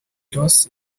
ross